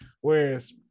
Whereas